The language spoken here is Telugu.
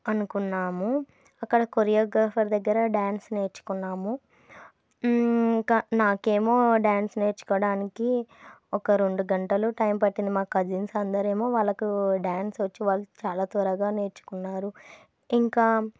అనుకున్నాము అక్కడ కొరియోగ్రాఫర్ దగ్గర డ్యాన్స్ నేర్చుకున్నాము ఇంకా నాకేమో డ్యాన్స్ నేర్చుకోవడానికి ఒక రెండు గంటలు టైమ్ పట్టింది మా కజిన్స్ అందరేమో వాళ్ళకు డ్యాన్స్ వచ్చి వాళ్ళు చాలా త్వరగా నేర్చుకున్నారు ఇంకా